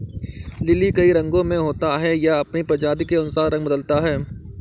lily कई रंगो में होता है, यह अपनी प्रजाति के अनुसार रंग बदलता है